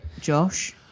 josh